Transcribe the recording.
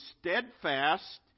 steadfast